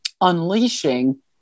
unleashing